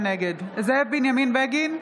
(קוראת בשמות חברי הכנסת) זאב בנימין בגין,